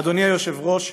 אדוני היושב-ראש,